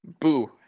boo